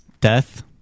Death